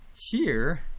here.